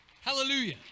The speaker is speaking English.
Hallelujah